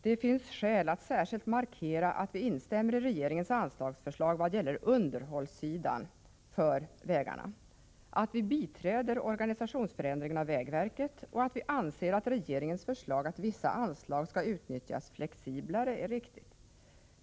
Det finns skäl att särskilt markera att vi instämmer i regeringens anslagsförslag vad gäller underhållssidan i fråga om vägarna, att vi biträder organisationsförändringen av vägverket och att vi anser att regeringens förslag att vissa anslag skall utnyttjas flexiblare är riktigt.